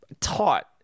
taught